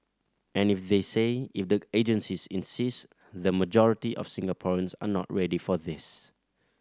and if they say if the agencies insist the majority of Singaporeans are not ready for this